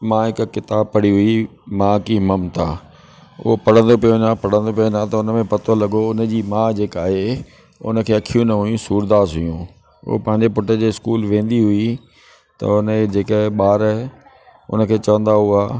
मां हिकु किताब पढ़ी हुई मां की ममता उहो पढंदो पियो वञा पढ़ंदो पियो वञा त पतो लॻो उन जी माउ जेका आहे उन खे अख़ियूं न हुयूं सूरदास हुयूं उहो पंहिंजे पुट जे स्कूल वेंदी हुई त हुन जे जेके ॿार उन खे चवंदा हुआ